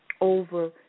over